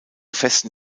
festen